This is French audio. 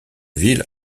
ville